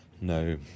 No